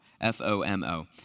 F-O-M-O